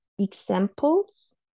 examples